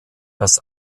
dass